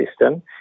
system